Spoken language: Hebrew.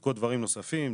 שבודקות דברים נוספים,